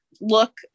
look